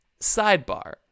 sidebar